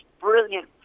brilliant